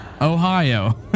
Ohio